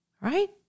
right